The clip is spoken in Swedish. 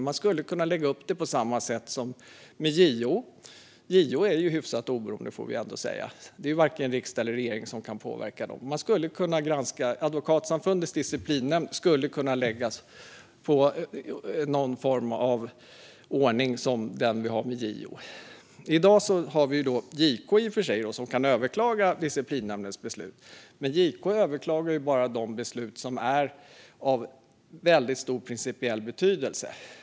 Man skulle kunna lägga upp det på samma sätt som med JO. JO är hyfsat oberoende, får vi ändå säga. Varken riksdag eller regering kan påverka dem. Advokatsamfundets disciplinnämnd skulle kunna läggas på någon form av ordning som den vi har med JO. I dag har vi i och för sig JK som kan överklaga disciplinnämndens beslut. Men JK överklagar bara de beslut som är av väldigt stor principiell betydelse.